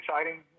exciting